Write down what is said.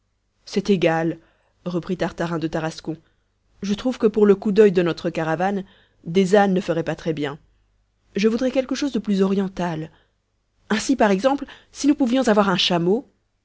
c'est égal reprit tartarin de tarascon je trouve que pour le coup d'oeil de notre caravane des ânes ne feraient pas très bien je voudrais quelque chose de plus oriental ainsi par exemple si nous pouvions avoir un chameau